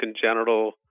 congenital